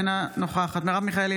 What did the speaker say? אינה נוכחת מרב מיכאלי,